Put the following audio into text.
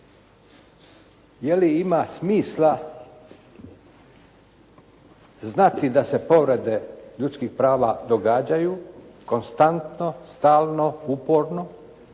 Je li ima smisla znati da se povrede ljudskih prava događaju konstantno, stalno, uporno